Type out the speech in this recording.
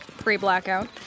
Pre-blackout